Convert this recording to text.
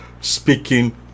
speaking